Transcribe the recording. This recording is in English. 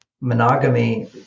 monogamy